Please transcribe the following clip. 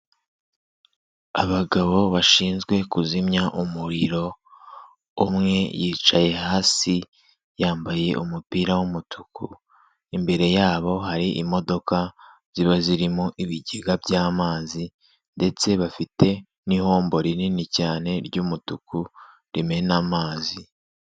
Abagabo bashinzwe kuzimya umuriro, umwe yicaye hasi, yambaye umupira w'umutuku. Imbere yabo hari imodoka ziba zirimo ibigega by'amazi ndetse bafite n'ihombo rinini cyane ry'umutuku, rimena amazi.